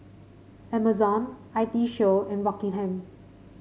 Amazon I T Show and Rockingham